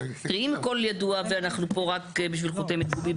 אם הכל ידוע ואנחנו פה רק בשביל חותמת גומי,